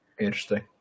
Interesting